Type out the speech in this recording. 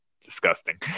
disgusting